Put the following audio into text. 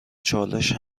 چالش